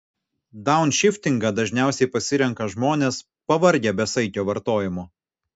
daunšiftingą dažniausiai pasirenka žmonės pavargę besaikio vartojimo